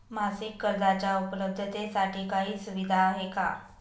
मासिक कर्जाच्या उपलब्धतेसाठी काही सुविधा आहे का?